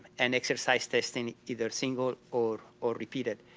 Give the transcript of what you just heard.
and exercise testing, either single or or repeated.